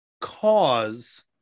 cause